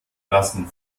lassen